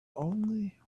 only